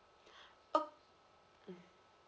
o~ mm